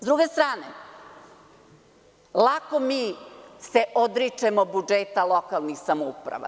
S druge strane, lako mi se odričemo budžeta lokalnih samouprava.